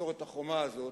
ליצור את החומה הזאת,